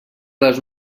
les